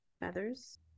feathers